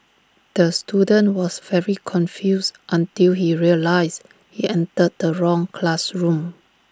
the student was very confused until he realised he entered the wrong classroom